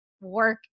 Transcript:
work